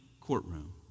courtroom